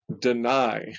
deny